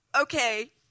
okay